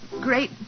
great